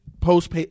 post